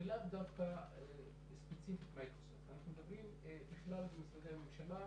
ולאו דווקא ספציפית מייקרוסופט אנחנו מדברים בכלל על משרדי הממשלה.